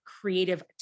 creative